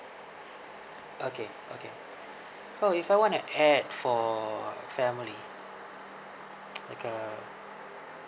okay okay so if I want to add for family like a